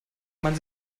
man